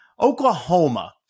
Oklahoma